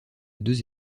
deux